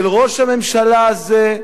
של ראש הממשלה הזה,